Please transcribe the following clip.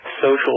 social